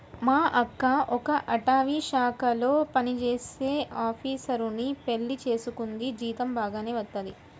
మా అక్క ఒక అటవీశాఖలో పనిజేసే ఆపీసరుని పెళ్లి చేసుకుంది, జీతం బాగానే వత్తది